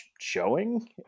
showing